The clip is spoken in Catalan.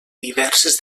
diverses